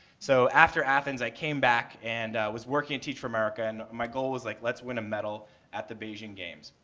so after athens, i came back and i was working at teach for america and my goal was, like, let's win a medal at the beijing games.